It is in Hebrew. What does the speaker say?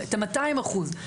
ואת המאתיים אחוז,